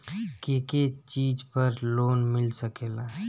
के के चीज पर लोन मिल सकेला?